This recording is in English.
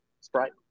sprite